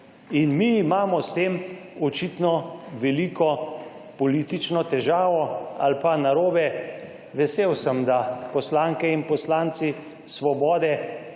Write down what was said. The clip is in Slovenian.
In mi imamo s tem očitno veliko politično težavo. Ali pa narobe. Vesel sem, da poslanke in poslanci Svobode